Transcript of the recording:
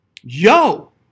Yo